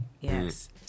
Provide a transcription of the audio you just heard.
yes